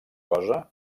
cosa